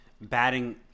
batting